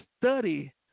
study